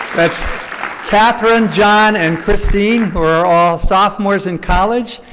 that's catherine, john, and christine, who are all sophomores in college.